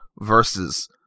versus